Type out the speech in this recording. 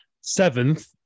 Seventh